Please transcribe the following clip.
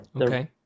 Okay